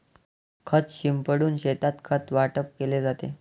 खत शिंपडून शेतात खत वाटप केले जाते